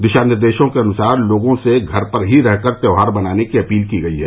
दिशा निर्देशों के अनुसार लोगों से घर पर ही रहकर त्योहार मनाने की अपील की गयी है